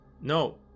No